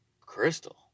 Crystal